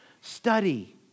study